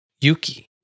Yuki